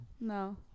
No